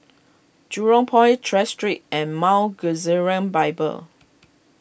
Jurong Port Tras Street and Mount Gerizim Bible